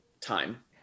time